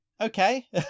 Okay